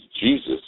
Jesus